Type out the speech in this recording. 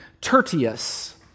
Tertius